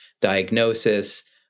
diagnosis